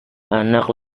anak